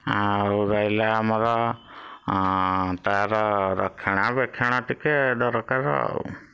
ଆଉ ରହିଲା ଆମର ତା'ର ରକ୍ଷଣାବେକ୍ଷଣ ଟିକେ ଦରକାର ଆଉ